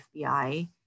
FBI